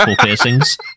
piercings